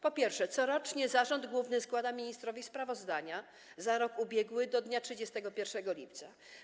Po pierwsze, corocznie zarząd główny składa ministrowi sprawozdania za rok ubiegły do dnia 31 lipca.